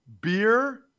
beer